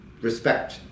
respect